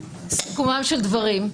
בסיכומם של דברים,